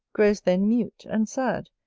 grows then mute, and sad,